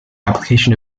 application